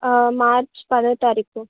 ఆ మార్చ్ పదో తారీఖు